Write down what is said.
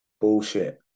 bullshit